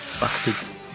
bastards